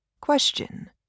Question